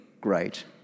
great